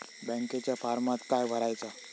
बँकेच्या फारमात काय भरायचा?